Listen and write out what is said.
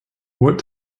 what